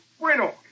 Bueno